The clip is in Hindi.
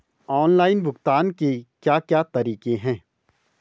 ऑनलाइन भुगतान के क्या क्या तरीके हैं?